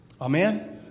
Amen